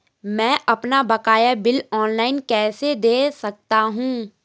मैं अपना बकाया बिल ऑनलाइन कैसे दें सकता हूँ?